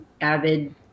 Avid